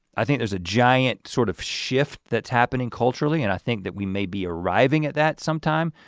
i think there's a giant sort of shift that's happening culturally and i think that we may be arriving at that some time.